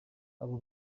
abo